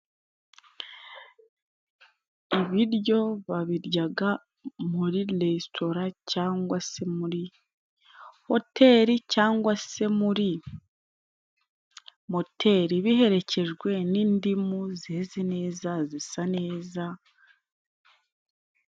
Ibiryo babiryaga muri resitora, cyangwa se muri hoteri, cyangwa se muri moteri, biherekejwe n'indimu zeze neza, zisa neza.